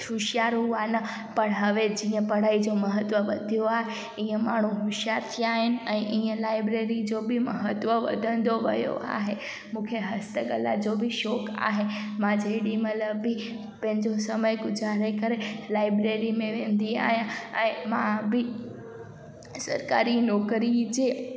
होशियारु हुआ न पर हवे जीअं पढ़ाई जो महत्वु वधियो आहे इअं माण्हू होशियार थी विया आहिनि ऐं इअं लाइब्रेरी जो ई महत्वु वधंदो वियो आहे मूंखे हस्त कला जो बि शौक़ु आहे मां जेॾहिं महिल बि पंहिंजो समय गुज़ारे करे लाइब्रेरी में वेंदी आहियां ऐं मां बि सरकारी नौकिरी जी